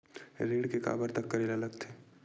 ऋण के काबर तक करेला लगथे?